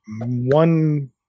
one